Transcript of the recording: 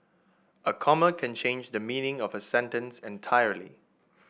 a comma can change the meaning of a sentence entirely